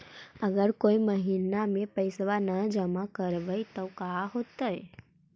अगर कोई महिना मे पैसबा न जमा कर पईबै त का होतै?